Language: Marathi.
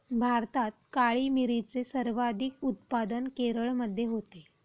भारतात काळी मिरीचे सर्वाधिक उत्पादन केरळमध्ये होते